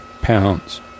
pounds